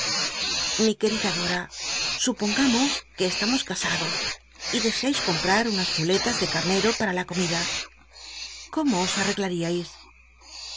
mi querida dora supongamos que estamos casados y deseais comprar unas chuletas de ca rnero prua la romida cómo os arreglariais